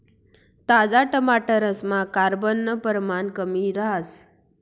ताजा टमाटरसमा कार्ब नं परमाण कमी रहास